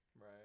right